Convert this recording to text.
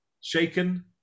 Shaken